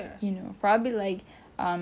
you know I love that ya